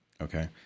okay